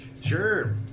Sure